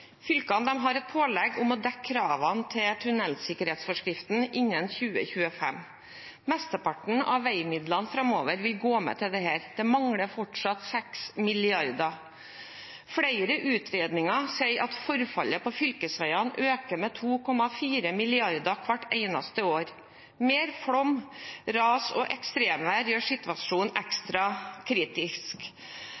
har et pålegg om å dekke kravene til tunnelsikkerhetsforskriften innen 2025. Mesteparten av veimidlene framover vil gå med til dette. Det mangler fortsatt 6 mrd. kr. Flere utredninger sier at forfallet på fylkesveiene øker med 2,4 mrd. kr hvert eneste år. Mer flom, ras og ekstremvær gjør situasjonen